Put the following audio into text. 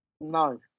No